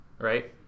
right